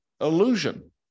illusion